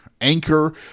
Anchor